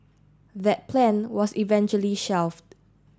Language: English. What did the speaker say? that plan was eventually shelved